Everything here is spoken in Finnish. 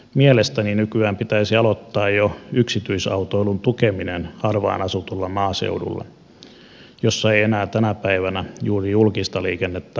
mielestäni nykyään pitäisi aloittaa jo yksityisautoilun tukeminen harvaan asutulla maaseudulla jossa ei enää tänä päivänä juuri julkista liikennettä ole